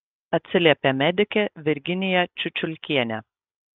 atsiliepė medikė virginija čiučiulkienė